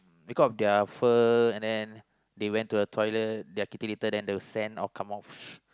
because of their fur and then they went to a toilet their kitty litter then their sand all come out